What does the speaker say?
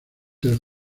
del